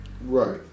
Right